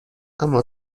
اما